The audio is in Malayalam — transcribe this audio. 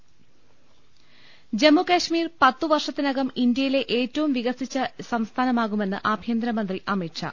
എം ജമ്മുകശ്മീർ പത്തുവർഷത്തിനകം ഇന്ത്യയിലെ ഏറ്റവും വികസിച്ച സംസ്ഥാനമാകു മെന്ന് ആ ഭ്യ ന്ത ര മന്ത്രി അമിത്ഷാ